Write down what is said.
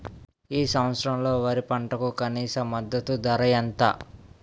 ఈ సంవత్సరంలో వరి పంటకు కనీస మద్దతు ధర ఎంత?